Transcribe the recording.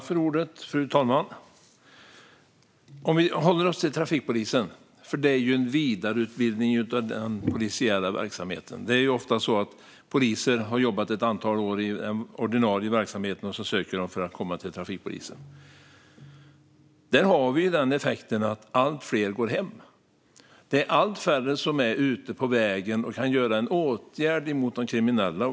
Fru talman! Låt oss hålla oss till trafikpolisen, eftersom det handlar om en vidareutbildning av den polisiära verksamheten. Det är ofta så att poliser har jobbat ett antal år i den ordinarie verksamheten när de söker sig till trafikpolisen. Där har vi effekten att allt fler går hem. Det är allt färre som är ute på vägen och kan vidta åtgärder mot de kriminella.